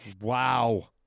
Wow